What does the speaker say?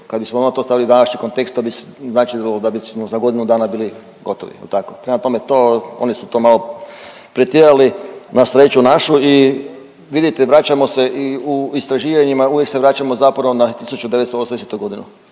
Kada bismo to stavili u današnji kontekst to bi značilo da bismo za godinu dana bili gotovi. Jel' tako? Prema tome, to oni su to malo pretjerali na sreću našu i vidite vraćamo se i u istraživanjima uvijek se vraćamo zapravo na 1980. godinu.